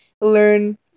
learn